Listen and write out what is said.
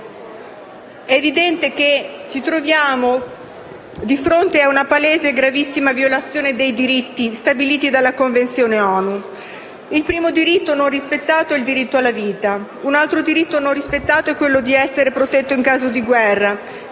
È evidente che ci troviamo di fronte a una palese e gravissima violazione dei diritti stabiliti nella Convenzione ONU. Il primo non rispettato è il diritto alla vita. Un altro diritto non rispettato è quello del bambino a essere protetto in caso di guerra,